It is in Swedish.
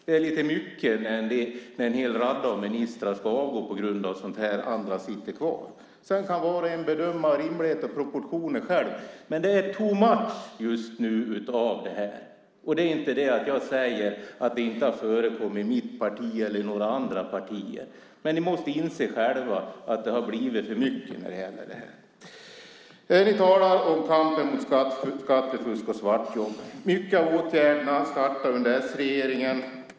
Det är lite mycket när en hel radda ministrar avgår på grund av sådant här och andra sitter kvar. Sedan kan var och en själv bedöma rimlighet och proportioner. Men det är too much just nu av det här. Det är inte det att jag säger att det inte har förekommit i mitt parti eller i några andra partier. Ni måste inse själva att det har blivit för mycket. Ärligt talat, mycket av kampen och åtgärderna mot skattefusk och svartjobb startade under s-regeringen.